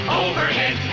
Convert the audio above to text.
overhead